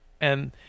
And-